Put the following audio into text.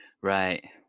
Right